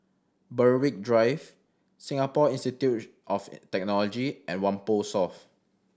Berwick Drive Singapore Institute of Technology and Whampoa South